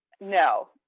No